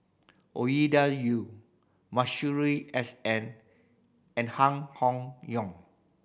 Ovidia Yu Masuri S N and Han Hong Yong